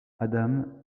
adam